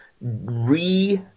re-